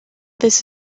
this